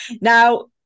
Now